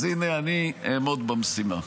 אז הינה, אני אעמוד במשימה.